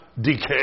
decay